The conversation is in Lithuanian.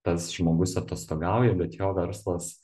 tas žmogus atostogauja bet jo verslas